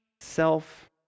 self